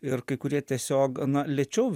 ir kai kurie tiesiog lėčiau